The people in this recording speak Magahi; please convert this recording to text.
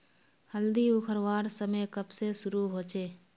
हल्दी उखरवार समय कब से शुरू होचए?